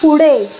पुढे